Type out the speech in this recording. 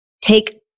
take